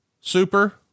super